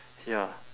ya